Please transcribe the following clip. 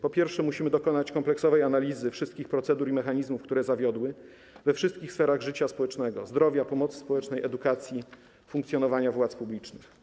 Po pierwsze, musimy dokonać kompleksowej analizy wszystkich procedur i mechanizmów, które zawiodły we wszystkich sferach życia społecznego: zdrowia, pomocy społecznej, edukacji, funkcjonowania władz publicznych.